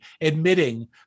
admitting